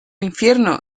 infierno